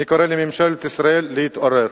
אני קורא לממשלת ישראל להתעורר.